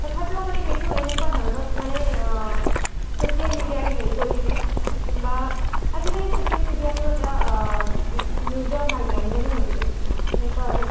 তথাপিও মানে সেইটো এনেকুৱা ধৰণত মানে চছিয়েল মেডিয়াই হেৰি কৰিছে বা আজিকালি চছিয়েল মেডিয়াটো এটা নিউজৰ মাধ্যম যেনহে হৈছে সেনেকুৱা আৰু